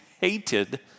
hated